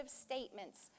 statements